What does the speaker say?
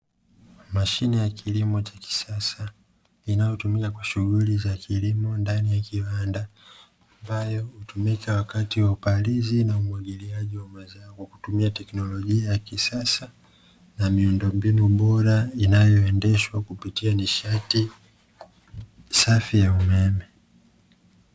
Mashine ya kilimo cha kisasa inayotumika kwa shughuli za kilimo ndani ya kiwanda, ambayo hutumika wakati wa upalizi na umwagiliaji wa mazao kwa kutumia teknolojia ya kisasa, na miundombinu bora inayoendeshwa kupitia nishati safi ya umeme.